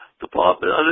department